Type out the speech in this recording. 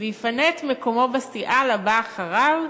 ויפנה את מקומו בסיעה לבא אחריו,